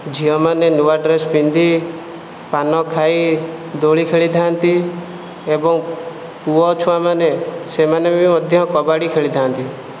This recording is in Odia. ଝିଅମାନେ ନୂଆ ଡ୍ରେସ୍ ପିନ୍ଧି ପାନ ଖାଇ ଦୋଳି ଖେଳିଥାଆନ୍ତି ଏବଂ ପୁଅ ଛୁଆମାନେ ସେମାନେ ବି ମଧ୍ୟ କବାଡ଼ି ଖେଳିଥାନ୍ତି